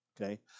Okay